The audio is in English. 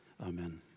Amen